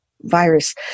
virus